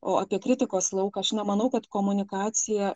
o apie kritikos lauką aš nemanau kad komunikacija